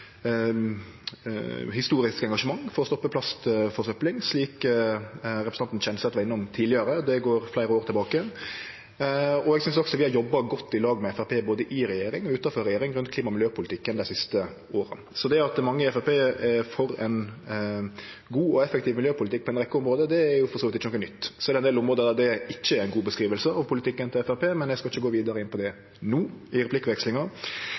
historisk engasjement for å stoppe plastforsøpling, slik representanten Kjenseth var innom tidlegare. Det går fleire år tilbake. Eg synest også vi har jobba godt i lag med Framstegspartiet både i regjering og utanfor regjering om klima- og miljøpolitikken dei siste åra. Så det at mange i Framstegspartiet er for ein god og effektiv miljøpolitikk på ei rekkje område, er for så vidt ikkje noko nytt. Så er det ein del område der det ikkje er ei god beskriving av politikken til Framstegspartiet, men eg skal ikkje gå vidare inn på det no i replikkvekslinga.